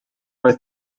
oedd